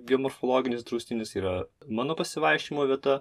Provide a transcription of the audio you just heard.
geomorfologinis draustinis yra mano pasivaikščiojimo vieta